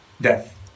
death